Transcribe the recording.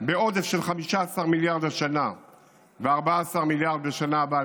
בעודף של 15 מיליארד השנה ו-14 מיליארד בשנה הבאה,